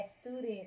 students